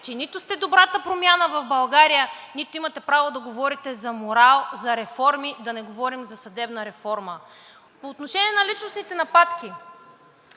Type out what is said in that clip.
че нито сте добрата промяна в България, нито имате право да говорите за морал, за реформи, да не говорим за съдебна реформа. По отношение на личностните нападки.